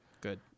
Good